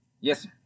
Yes